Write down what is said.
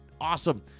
awesome